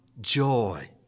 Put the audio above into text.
joy